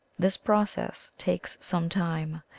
this process takes some time,